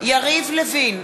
יריב לוין,